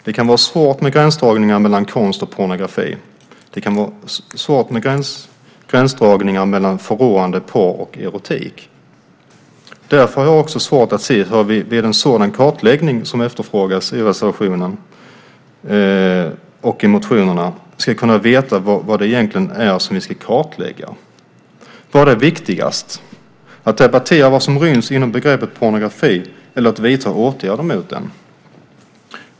Det kan vara svårt med gränsdragningen mellan konst och pornografi och mellan förråande pornografi och erotik. Därför har jag svårt att se hur vi vid en sådan kartläggning som efterfrågas i reservationen och i motionerna ska kunna veta vad vi egentligen ska kartlägga. Vad är viktigast - att debattera vad som ryms inom begreppet pornografi eller att vidta åtgärder mot den?